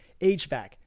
HVAC